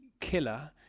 killer